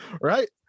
right